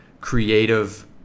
creative